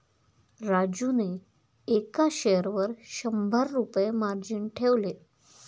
राजूने एका शेअरवर शंभर रुपये मार्जिन ठेवले